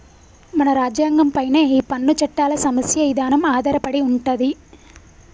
మన రాజ్యంగం పైనే ఈ పన్ను చట్టాల సమస్య ఇదానం ఆధారపడి ఉంటది